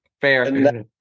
fair